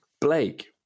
Blake